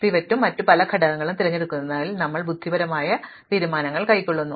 പിവറ്റും മറ്റ് പല ഘടകങ്ങളും തിരഞ്ഞെടുക്കുന്നതിൽ ഞങ്ങൾ ബുദ്ധിമാനായ എന്തെങ്കിലും ചെയ്യുന്നു